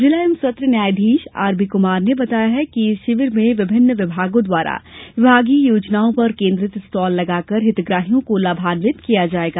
जिला एवं सत्र न्यायाधीश आरबी कुमार ने बताया कि इस शिविर में विभिन्न विभागों द्वारा विभागीय योजनाओं पर केन्द्रित स्टॉल लगाए जाकर हितग्राहियों को लाभांवित किया जायेगा